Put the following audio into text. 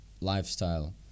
lifestyle